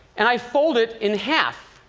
and i fold it in half,